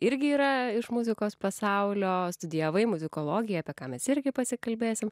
irgi yra iš muzikos pasaulio studijavai muzikologiją apie ką mes irgi pasikalbėsim